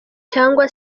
cyangwa